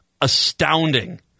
astounding